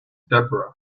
deborah